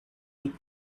take